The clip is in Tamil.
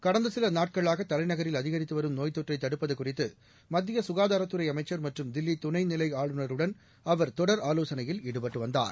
கடந்த சில நாட்களாக தலைநகரில் அதிகரித்து வரும் நோய்த் தொற்றை தடுப்பது குறித்து மத்திய சுகாதாரத்துறை அமைச்சர் மற்றும் தில்லி துணைநிலை ஆளுநருடன் அவர் தொடர் ஆலோசனையில் ஈடுபட்டு வந்தார்